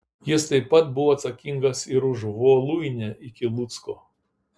jis taip pat buvo atsakingas ir už voluinę iki lucko